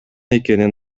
экенин